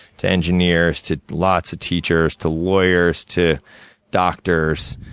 to engineers, to lots of teachers, to lawyers to doctors.